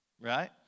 right